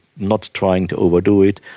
not trying to overdo it,